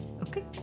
Okay